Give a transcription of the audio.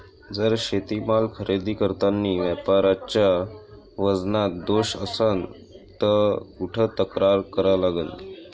जर शेतीमाल खरेदी करतांनी व्यापाऱ्याच्या वजनात दोष असन त कुठ तक्रार करा लागन?